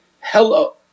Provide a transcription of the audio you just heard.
hello